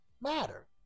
matter